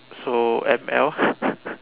so M_L